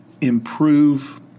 improve